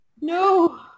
No